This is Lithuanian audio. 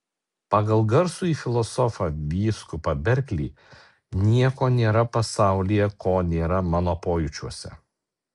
pagal garsųjį filosofą vyskupą berklį nieko nėra pasaulyje ko nėra mano pojūčiuose